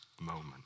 moment